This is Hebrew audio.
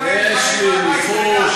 יש לי ניחוש,